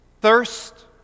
thirst